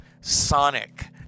sonic